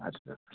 اچھا